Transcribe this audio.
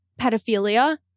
pedophilia